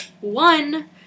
one